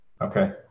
Okay